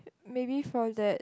maybe for that